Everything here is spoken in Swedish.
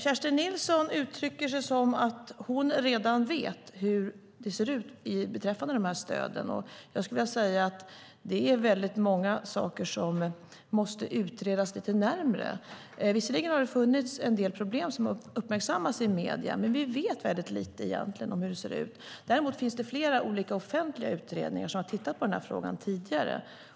Kerstin Nilsson uttrycker sig som om hon redan vet hur det ser ut beträffande de här stöden. Jag skulle vilja säga att det är väldigt många saker som måste utredas lite närmare. Visserligen har det funnits en del problem som har uppmärksammats i medierna, men vi vet egentligen väldigt lite om hur det ser ut. Däremot finns det flera olika offentliga utredningar som har tittat på den här frågan tidigare.